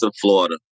Florida